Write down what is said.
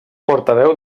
portaveu